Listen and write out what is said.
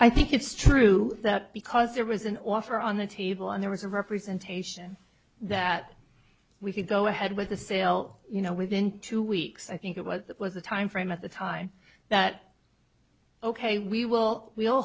i think it's true that because there was an offer on the table and there was a representation that we could go ahead with the sale you know within two weeks i think about that was the time frame at the time that ok we well we